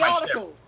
article